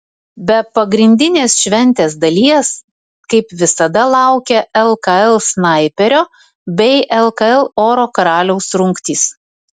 be pagrindinės šventės dalies kaip visada laukia lkl snaiperio bei lkl oro karaliaus rungtys